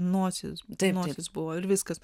nosis nosis buvo ir viskas